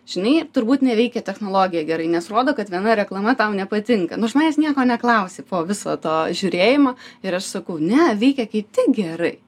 žinai turbūt neveikia technologija gerai nes rodo kad viena reklama tau nepatinka nu iš manęs nieko neklausė po viso to žiūrėjimo ir aš sakau ne veikia kaip tik gerai